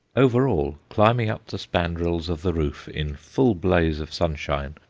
over all, climbing up the spandrils of the roof in full blaze of sunshine,